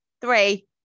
Three